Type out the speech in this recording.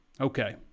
Okay